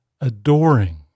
adoring